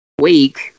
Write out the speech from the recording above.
week